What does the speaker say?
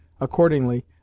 accordingly